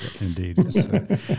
Indeed